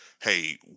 hey